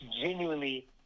genuinely